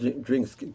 drinks